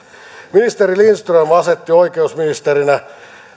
ministeri lindström asetti oikeusministerinä